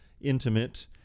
intimate